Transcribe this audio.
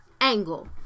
Angle